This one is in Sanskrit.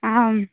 आम्